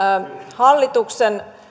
hallituksen